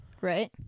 right